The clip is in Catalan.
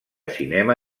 cinema